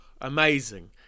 amazing